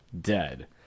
dead